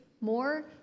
more